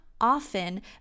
often